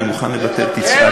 אני מוכן לוותר, תצעק.